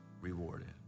rewarded